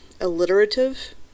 alliterative